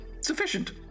sufficient